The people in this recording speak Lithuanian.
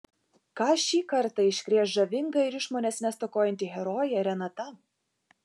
ką šį kartą iškrės žavinga ir išmonės nestokojanti herojė renata